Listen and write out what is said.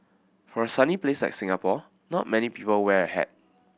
for a sunny place like Singapore not many people wear a hat